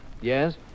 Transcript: Yes